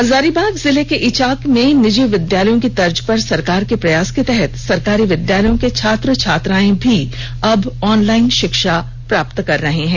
हजारीबाग जिले के इचाक में निजी विद्यालयों की तर्ज पर सरकार के प्रयास के तहत सरकारी विद्यालयों के छात्र छात्राएं भी अब ऑनलाइन शिक्षा प्राप्त कर रहे हैं